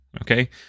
okay